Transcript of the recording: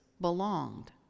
belonged